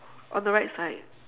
on the right side